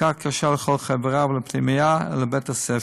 מכה קשה לכל חברה ולפנימייה ולבית-הספר,